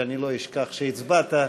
שאני לא אשכח שהצבעת,